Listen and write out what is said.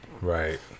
Right